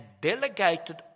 delegated